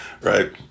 right